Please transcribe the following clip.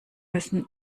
müssen